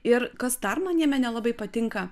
ir kas dar man jame nelabai patinka